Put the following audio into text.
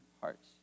hearts